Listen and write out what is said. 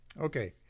Okay